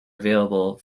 available